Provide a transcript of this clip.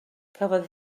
cafodd